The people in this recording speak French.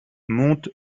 monte